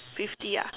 fifty ah